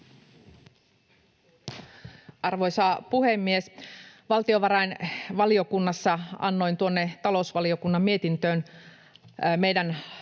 Arvoisa puhemies! Valtiovarainvaliokunnassa annoin tuonne talousvaliokunnan mietintöön meidän lausuntomme,